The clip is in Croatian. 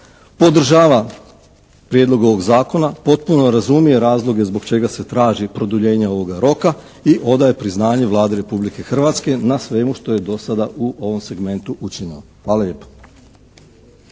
podržava prijedlog ovog zakona, potpuno razumije razloge zbog čega se traži produljenje ovoga roka i odaje priznanje Vladi Republike Hrvatske na svemu što je do sada u ovom segmentu učinila. Hvala lijepo.